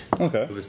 okay